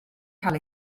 cael